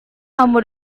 kamu